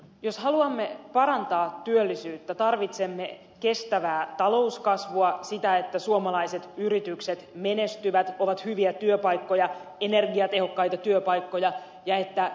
jos haluamme parantaa työllisyyttä tarvitsemme kestävää talouskasvua sitä että suomalaiset yritykset menestyvät ovat hyviä työpaikkoja energiatehokkaita työpaikkoja ja että vienti vetää